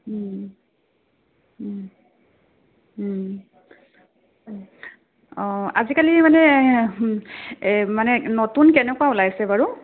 অঁ আজিকালি মানে এই মানে নতুন কেনেকুৱা ওলাইছে বাৰু